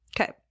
Okay